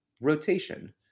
rotation